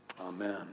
Amen